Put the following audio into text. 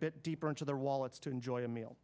bit deeper into their wallets to enjoy a meal